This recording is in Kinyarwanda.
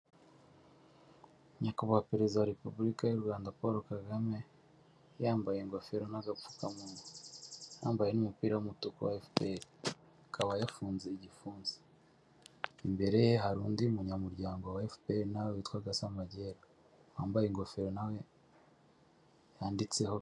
Nyakubahwa Perezida wa Repuburika y'u Rwanda Paul Kagame yambaye ingofero n'agapfukamunwa, yambaye n'umupira w'umutuku wa FPR, akaba yafunze igipfunsi, imbere ye hari undi munyamuryango wa FPR na we witwa Gasamagera wambaye ingofero na we yanditseho.